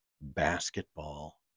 basketball